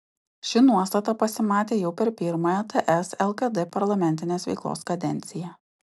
ši nuostata pasimatė jau per pirmąją ts lkd parlamentinės veiklos kadenciją